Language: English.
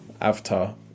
Avatar